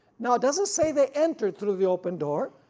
now it doesn't say they entered through the open door,